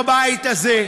בבית הזה,